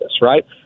right